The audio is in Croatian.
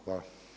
Hvala.